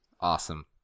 Awesome